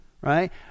right